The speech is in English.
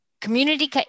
community